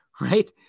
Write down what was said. right